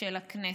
של הכנסת.